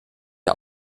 der